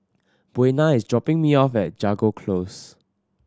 Buena is dropping me off at Jago Close